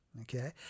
Okay